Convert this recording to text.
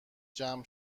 جمع